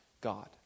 God